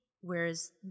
whereas